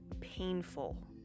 painful